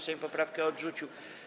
Sejm poprawkę odrzucił.